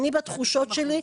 אני בתחושות שלי,